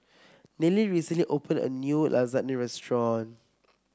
Nelie recently opened a new Lasagne Restaurant